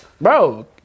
Bro